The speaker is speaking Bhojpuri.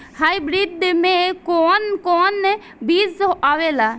हाइब्रिड में कोवन कोवन बीज आवेला?